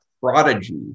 prodigy